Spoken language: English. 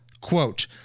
Quote